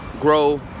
grow